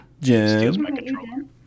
Jen